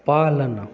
पालन